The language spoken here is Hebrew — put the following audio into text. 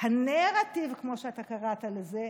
"הנרטיב הציוני", כמו שקראת לזה.